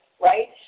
right